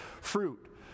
fruit